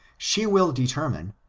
she will determine,